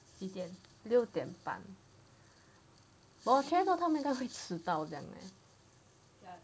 六点半今天他们应该会迟到这样 them